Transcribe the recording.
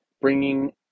bringing